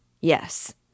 Yes